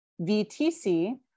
VTC